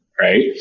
right